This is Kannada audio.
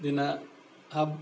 ದಿನ ಹಬ್